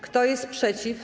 Kto jest przeciw?